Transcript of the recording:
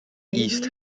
east